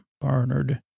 Barnard